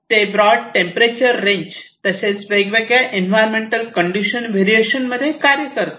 ते broad temperature range तसेच वेगवेगळ्या एन्व्हायरमेंटल कंडिशन व्हेरिएशनमध्ये कार्य करतात